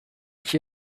ich